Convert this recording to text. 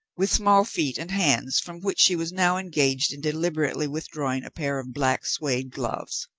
with small feet, and hands, from which she was now engaged in deliberately withdrawing a pair of black suede gloves.